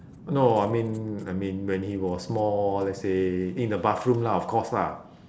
no I mean I mean when he was small let's say in the bathroom lah of course lah